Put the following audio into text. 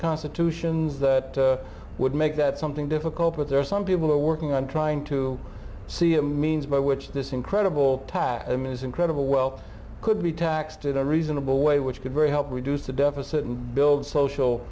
constitutions that would make that something difficult but there are some people are working on trying to see a means by which this incredible tax i mean it's incredible well could be taxed in a reasonable way which could very help reduce the deficit and build social